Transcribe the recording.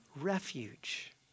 refuge